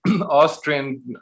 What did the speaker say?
Austrian